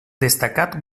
destacat